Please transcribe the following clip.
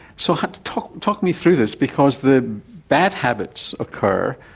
so um talk talk me through this, because the bad habits occur